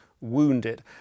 wounded